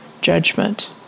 judgment